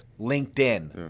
LinkedIn